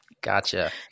Gotcha